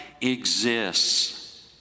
exists